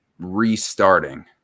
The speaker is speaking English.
restarting